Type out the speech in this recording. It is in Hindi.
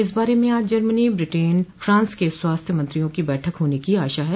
इस बारे में आज जर्मनी ब्रिटेन और फ्रांस के स्वास्थ्य मंत्रियों की बैठक होने की आशा है